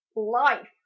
Life